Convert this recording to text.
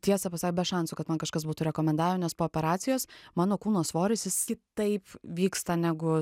tiesą be šansų kad man kažkas būtų rekomendavę nes po operacijos mano kūno svoris jis kitaip vyksta negu